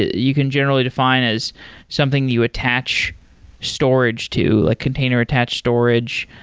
you can generally define as something you attach storage to, like container attached storage,